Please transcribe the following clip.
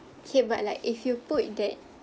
okay but like if you put that